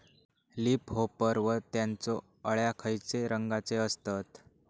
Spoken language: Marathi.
लीप होपर व त्यानचो अळ्या खैचे रंगाचे असतत?